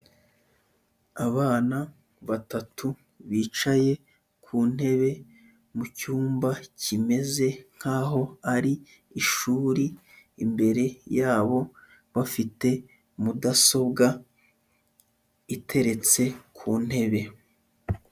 Abana batatu bicaye ku ntebe, mu cyumba kimeze nkaho ari ishuri, imbere yabo bafite mudasobwa, iteretse ku ntebe.